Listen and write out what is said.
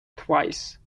twice